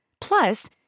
Plus